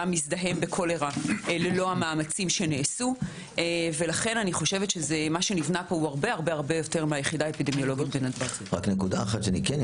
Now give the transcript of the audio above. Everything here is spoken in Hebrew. מצפים מהממשלה לא רק לבוא עם הצעות איך היא מתכננת להפעיל סמכויות,